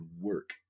work